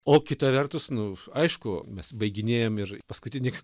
o kita vertus nu aišku mes baiginėjam ir paskutinį